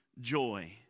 joy